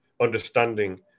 understanding